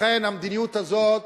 לכן המדיניות הזאת